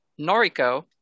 Noriko